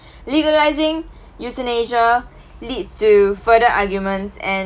legalising euthanasia leads to further arguments and